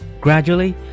Gradually